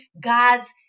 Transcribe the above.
God's